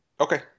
Okay